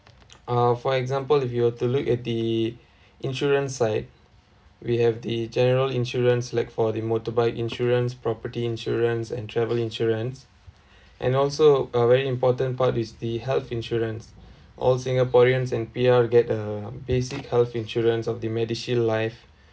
uh for example if you were to look at the insurance side we have the general insurance like for the motorbike insurance property insurance and travel insurance and also a very important part is the health insurance all singaporeans and P_R you get the basic health insurance of the MediShield Life